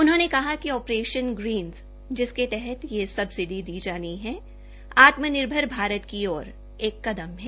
उन्होंने कहा कि ओप्रेशन ग्रीनर् जिसके तहत यह सबसिडी दी जानी है आत्मनिर्भर भारत की ओर एक कदम है